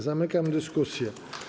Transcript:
Zamykam dyskusję.